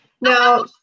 Now